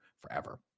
forever